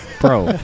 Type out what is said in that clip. Bro